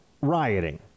rioting